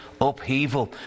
upheaval